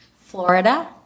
Florida